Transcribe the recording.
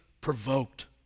provoked